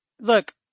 look